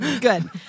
Good